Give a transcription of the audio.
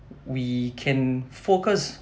we can focus